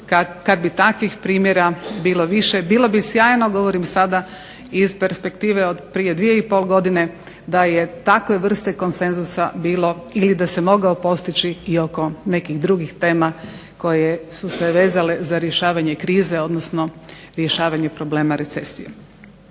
kada bi takvih primjera bilo više, bilo bi sjajno govorim sada iz perspektive od prije dvije i pol godine da je takve vrste konsenzusa bilo ili da se mogao postići oko nekih drugih tema koje su se vezale za rješavanje krize odnosno za rješavanje problema recesije.